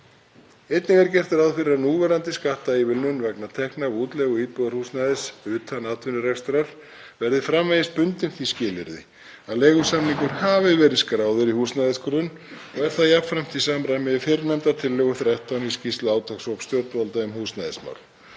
Einnig er gert ráð fyrir að núverandi skattaívilnun vegna tekna af útleigu íbúðarhúsnæðis utan atvinnurekstrar verði framvegis bundin því skilyrði að leigusamningur hafi verið skráður í húsnæðisgrunn og er það jafnframt í samræmi við fyrrnefnda tillögu 13 í skýrslu átakshóps stjórnvalda um húsnæðismál.